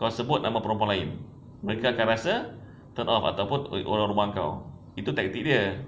kau sebut nama perempuan lain mereka akan rasa turn off ataupun eh orang rumah kau itu tactic dia